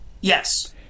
Yes